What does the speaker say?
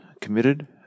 committed